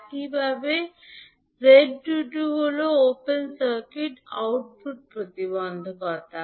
একইভাবে 𝐳𝟐𝟐 হল open circuit output প্রতিবন্ধকতা